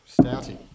stouty